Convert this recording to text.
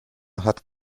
hat